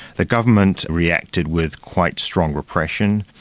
the government reacted with quite strong repression.